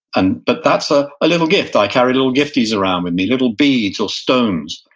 and but that's a ah little gift. i carry little gifties around with me, little beads or stones,